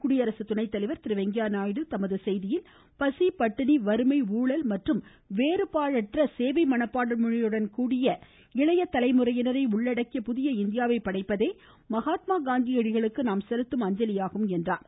குடியரசு துணைத்தலைவர் திரு வெங்கையா நாயுடு தனது செய்தியில் பசி பட்டினி வறுமை ஊழல் மற்றும் வேறுபாடற்ற சேவை மனப்பான்மையுடன் கூடிய இளைய தலைமுறையினரை உள்ளடக்கிய புதிய இந்தியாவை படைப்பதே மகாத்மா காந்திஅடிகளுக்கு நாம் செலுத்தும் அஞ்சலியாகும் என்றார்